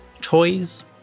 Toys